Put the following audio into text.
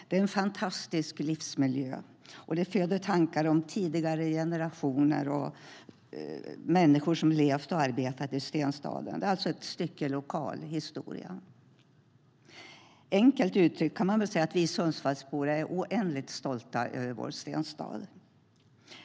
Det är en fantastisk livsmiljö som föder tankar om tidigare generationer och människor som har levt och arbetat i stenstaden. Det är alltså ett stycke lokalhistoria. Enkelt uttryckt kan man säga att vi Sundsvallsbor är oändligt stolta över vår stenstad.